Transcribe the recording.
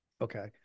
Okay